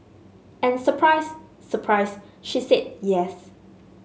and surprise surprise she said yes